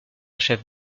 chef